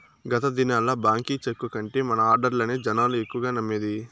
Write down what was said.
గత దినాల్ల బాంకీ చెక్కు కంటే మన ఆడ్డర్లనే జనాలు ఎక్కువగా నమ్మేది